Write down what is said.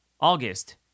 August